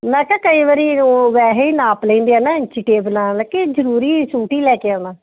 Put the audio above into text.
ਮੈਂ ਕਿਹਾ ਕਈ ਵਾਰੀ ਵੈਸੇ ਹੀ ਨਾਪ ਲੈਂਦੇ ਆ ਨਾ ਇੰਚੀ ਟੇਪ ਨਾਲ ਕਿ ਜ਼ਰੂਰੀ ਸੂਟ ਹੀ ਲੈ ਕੇ ਆਉਣਾ